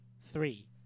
three